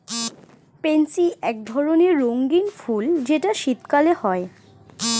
pansy এক ধরণের রঙ্গীন ফুল যেটা শীতকালে হয়